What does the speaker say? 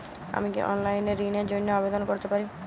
আমি কি অনলাইন এ ঋণ র জন্য আবেদন করতে পারি?